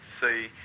see